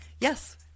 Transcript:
yes